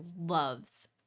loves